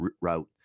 route